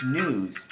news